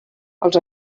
els